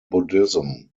buddhism